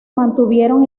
mantuvieron